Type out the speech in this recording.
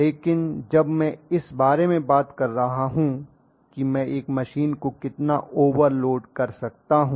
लेकिन जब मैं इस बारे में बात कर रहा हूं कि मैं एक मशीन को कितना ओवर लोड कर सकता हूं